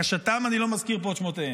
ולבקשתם אני לא מזכיר פה את שמותיהם,